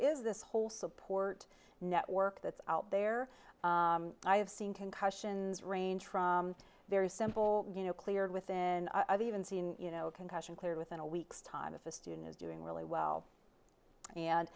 is this whole support network that's out there i've seen concussions range from very simple you know cleared within i've even seen you know a concussion cleared within a week's time if a student is doing really well and